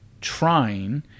trying